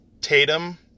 Tatum